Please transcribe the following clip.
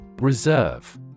Reserve